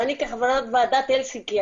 ואני כחברת ועדת הלסינקי,